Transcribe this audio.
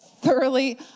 thoroughly